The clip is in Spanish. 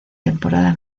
temporada